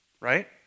Right